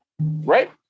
Right